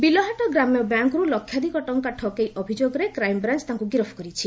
ବିଲହାଟ ଗ୍ରାମ୍ୟ ବ୍ୟାଙ୍କରୁ ଲକ୍ଷାଧିକ ଟଙ୍କା ଠକେଇ ଅଭିଯୋଗରେ କ୍ରାଇମ୍ବ୍ରାଅ୍ ତାଙ୍କୁ ଗିରଫ କରିଛି